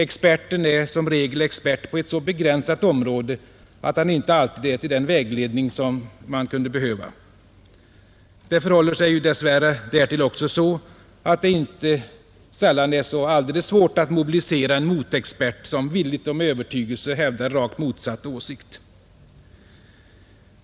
Experten är som regel expert på ett så begränsat område att han inte alltid är till den vägledning som man kunde behöva. Det förhåller sig ju dessvärre därtill också så, att det ofta inte är så alldeles svårt att mobilisera en motexpert, som villigt och med övertygelse hävdar rakt motsatt åsikt.